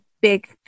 big